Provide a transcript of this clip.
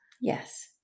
Yes